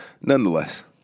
nonetheless